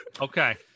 Okay